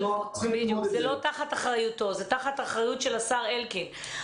זה לא תחת אחריותו, זה תחת אחריותו של השר אלקין.